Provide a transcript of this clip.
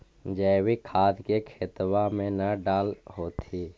जैवीक खाद के खेतबा मे न डाल होथिं?